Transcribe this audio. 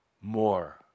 more